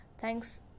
Thanks